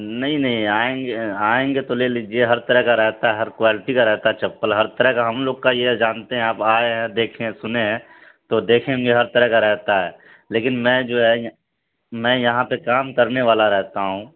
نہیں نہیں آئیں گے آئیں گے تو لے لیجیے ہر طرح کا رہتا ہے ہر کوالٹی کا رہتا ہے چپل ہر طرح کا ہم لوگ کا یہ جانتے ہیں آپ آئے ہیں دیکھیں ہیں سنے ہیں تو دیکھیں گے ہر طرح کا رہتا ہے لیکن میں جو ہے میں یہاں پہ کام کرنے والا رہتا ہوں